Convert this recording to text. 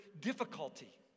difficulty